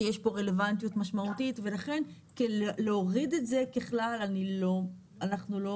שיש פה רלבנטיות משמעותית ולכן כדי להוריד את זה ככלל אנחנו לא